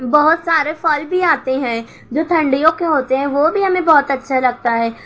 بہت سارے پھل بھی آتے ہیں جو ٹھنڈیوں کے ہوتے ہیں وہ بھی ہمیں بہت اچھا لگتا ہے